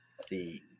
See